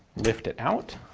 lift it out.